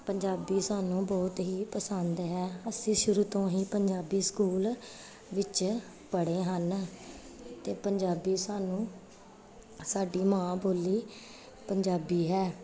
ਪੰਜਾਬੀ ਸਾਨੂੰ ਬਹੁਤ ਹੀ ਪਸੰਦ ਹੈ ਅਸੀਂ ਸ਼ੁਰੂ ਤੋਂ ਹੀ ਪੰਜਾਬੀ ਸਕੂਲ ਵਿੱਚ ਪੜ੍ਹੇ ਹਨ ਅਤੇ ਪੰਜਾਬੀ ਸਾਨੂੰ ਸਾਡੀ ਮਾਂ ਬੋਲੀ ਪੰਜਾਬੀ ਹੈ